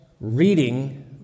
reading